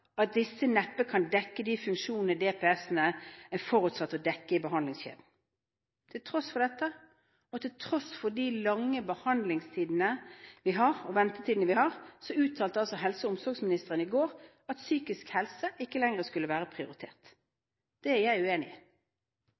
at disse neppe kan dekke de funksjoner de er forutsatt å dekke.» Til tross for dette og til tross for de lange behandlingstidene, ventetidene, vi har, uttalte altså helse- og omsorgsministeren i går at psykisk helse ikke lenger skulle være prioritert. Det er jeg uenig i.